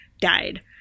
died